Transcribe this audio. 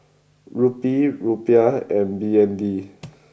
Rupee Rupiah and B N D